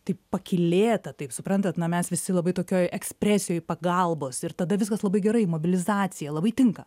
taip pakylėta taip suprantat na mes visi labai tokioj ekspresijoj pagalbos ir tada viskas labai gerai mobilizacija labai tinka